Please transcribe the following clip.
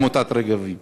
עמותת "רגבים".